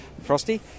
Frosty